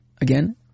again